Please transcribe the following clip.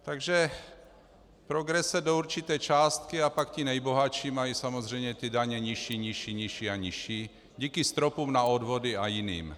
Takže progrese do určité částky a pak ti nejbohatší mají samozřejmě ty daně nižší, nižší, nižší a nižší díky stropům na odvody a jiným.